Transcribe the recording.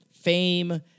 Fame